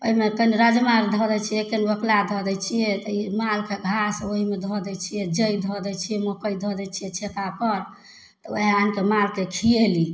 एहिमे कनी राजमा धऽ दै छियै कनी बोकला धऽ दै छियै तऽ ई मालके घास ओहिमे धऽ दै छियै जइ धऽ दै छियै मकइ धऽ दै छियै फेँटा कऽ ओहए अन्न सऽ मालके खियेली